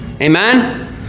Amen